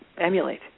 emulate